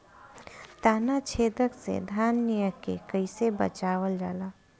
ताना छेदक से धान के कइसे बचावल जाला?